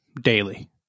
daily